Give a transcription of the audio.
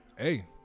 Hey